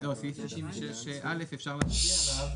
סעיף 66(א) אפשר להצביע עליו,